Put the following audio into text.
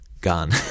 gone